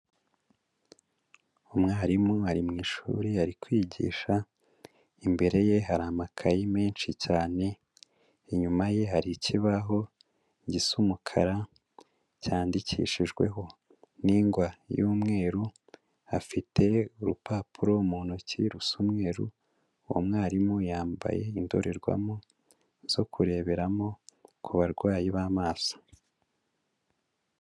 Umwarimu ari mu ishuri ari kwigisha, imbere ye hari amakayi menshi cyane, inyuma ye hari ikibaho gisa umukara cyandikishijweho n'ingwa y'umweru, afite urupapuro mu ntoki rusa uweru, uwo mwarimu yambaye indorerwamo zo kureberamo ku barwayi b'amaso.